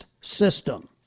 system